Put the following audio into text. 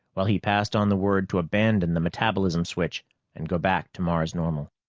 while he passed on the word to abandon the metabolism switch and go back to mars-normal.